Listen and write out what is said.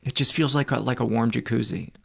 just feels like like a warm jacuzzi,